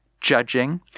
judging